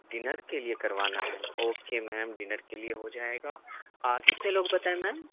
dinner کے لیے کروانا ہے اوکے میم ڈنر کے لیے ہو جائے گا آ کتنے لوگ بتائے میم